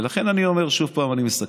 ולכן, אני אומר שוב ואני מסכם: